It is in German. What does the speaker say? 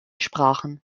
sprachen